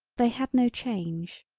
they had no change.